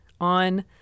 on